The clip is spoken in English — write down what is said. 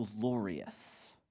glorious